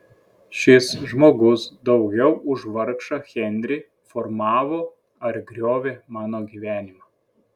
šis žmogus daugiau už vargšą henrį formavo ar griovė mano gyvenimą